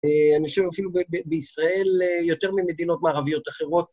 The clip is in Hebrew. אנשים אפילו בישראל, יותר ממדינות מערביות אחרות.